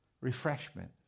refreshment